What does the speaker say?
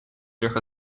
трех